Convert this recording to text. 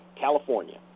California